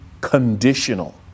conditional